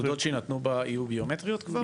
התעודות שיינתנו יהיו ביומטריות כבר?